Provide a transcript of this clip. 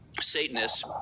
Satanists